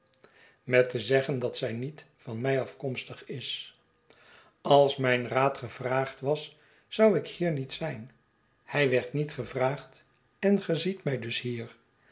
met te zeggen dat zij niet van mij afkomstig is als mijn raad gevraagd was zou ik niet hier zijn hij werd niet gevraagd en ge ziet mij dus hier